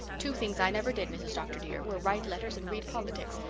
two things i never did, mrs. dr. dear, were write letters and read politics.